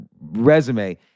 resume